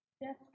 yes